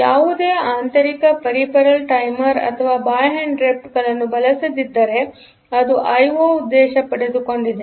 ಯಾವುದೇ ಆಂತರಿಕ peripherals timer ಅಥವಾ ಬಾಹ್ಯ ಇಂಟರಪ್ಟ್ಗಳನ್ನು ಬಳಸದಿದ್ದರೆ ಅದು ಐಒ ಉದ್ದೇಶ ಪಡೆದುಕೊಂಡಿದೆ